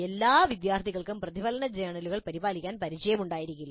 എല്ലാ വിദ്യാർത്ഥികൾക്കും പ്രതിഫലന ജേർണലുകൾ പരിപാലിക്കാൻ പരിചയമുണ്ടായിരിക്കില്ല